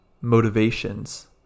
motivations